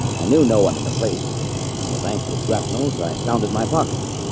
i knew no one in the place with anxious grapples. i sounded my pockets.